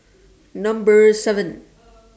Number seven